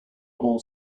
all